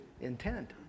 intent